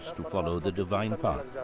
to follow the divine path